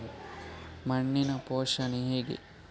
ಮಣ್ಣಿನ ಪೋಷಣೆ ಹೇಗೆ?